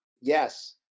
yes